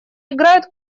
играют